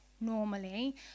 normally